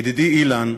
ידידי אילן,